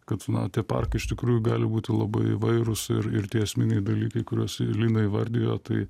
kad na tie parkai iš tikrųjų gali būti labai įvairūs ir ir tie esminiai dalykai kuriuos lina įvardijo tai